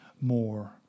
more